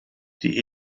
die